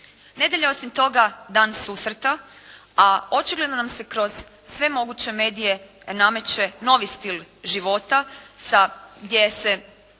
Nedjelja je osim toga dan susreta a očigledno nam se kroz sve moguće medije nameće novi stil života sa, gdje se